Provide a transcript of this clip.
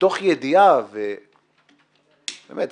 מתוך ידיעה שהיא עובדה,